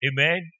amen